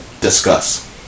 discuss